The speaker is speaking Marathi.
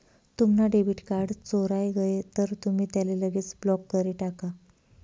तुम्हना डेबिट कार्ड चोराय गय तर तुमी त्याले लगेच ब्लॉक करी टाका